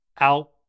out